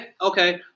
Okay